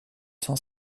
cent